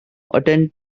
attend